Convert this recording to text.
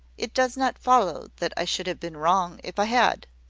it does not follow that i should have been wrong if i had.